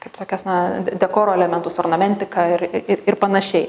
kaip tokias na dekoro elementus ornamentiką ir ir ir panašiai